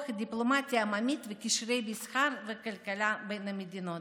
הדיפלומטיה העממית וקשרי מסחר וכלכלה בין המדינות.